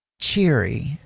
cheery